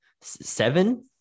seven